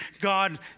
God